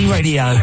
Radio